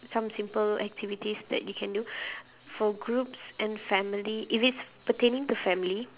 some simple activities that you can do for groups and family if it's pertaining to family